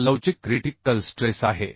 हा लवचिक critical stress आहे